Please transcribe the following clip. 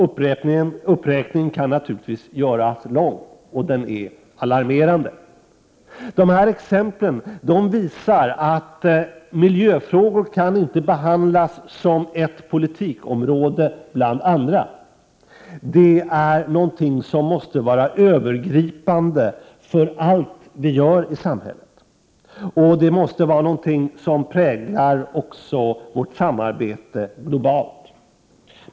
Uppräkningen kan naturligtvis göras lång, och situationen är alarmerande. Dessa exempel visar att miljöfrågor inte kan behandlas som ett politikområde bland andra. Det är någonting som måste vara övergripande för allt vi gör i samhället, och det måste också vara något som präglar vårt samarbete globalt.